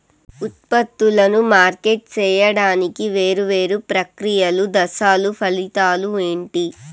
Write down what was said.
ఉత్పత్తులను మార్కెట్ సేయడానికి వేరువేరు ప్రక్రియలు దశలు ఫలితాలు ఏంటి?